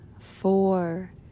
four